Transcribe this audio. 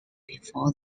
before